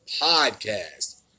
Podcast